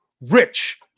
Rich